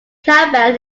campbell